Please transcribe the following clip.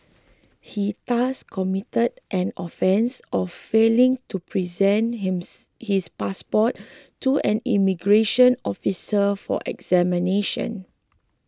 he thus committed an offence of failing to present hims his passport to an immigration officer for examination